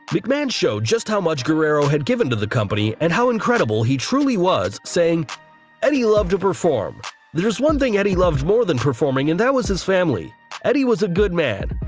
mcmahon showed just how much guerrero had given to the company, and how incredible he truly was, saying eddie loved to perform there's one thing eddie loved more than performing and that was his family eddie was a good man.